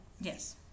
Yes